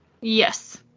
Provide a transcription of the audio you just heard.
Yes